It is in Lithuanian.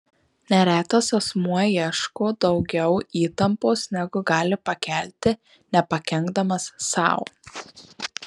neretas asmuo ieško daugiau įtampos negu gali pakelti nepakenkdamas sau